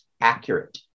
accurate